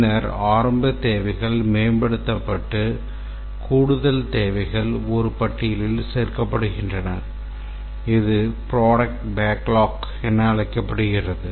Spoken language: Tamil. பின்னர் ஆரம்பத் தேவைகள் மேம்படுத்தப்பட்டு கூடுதல் தேவைகள் ஒரு பட்டியலில் சேர்க்கப்படுகின்றன இது ப்ரோடக்ட் பேக்லாக் என அழைக்கப்படுகிறது